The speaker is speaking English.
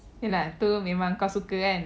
ya lah tu memang kau suka kan